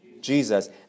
Jesus